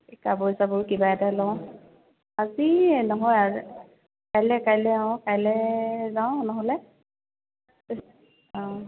কাপোৰ চাপোৰ কিবা এটা লওঁ আজি নহয় কাইলৈ কাইলৈ কাইলৈ যাওঁ নহ'লে অঁ